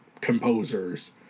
composers